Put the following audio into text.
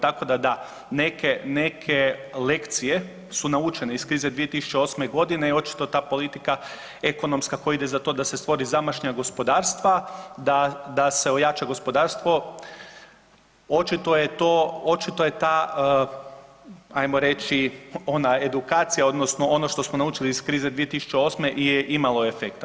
Tako da da, neke, neke lekcije su naučene iz krize 2008.g. i očito ta politika ekonomska koja ide za to da se stvori zamašnjak gospodarstva, da se ojača gospodarstvo, očito je to, očito je ta, ajmo reći, ona edukacija odnosno ono što smo naučili iz krize 2008. je imalo efekta.